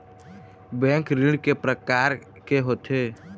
Bank ऋण के प्रकार के होथे?